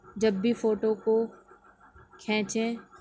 جب بھی فوٹو کو کھینچیں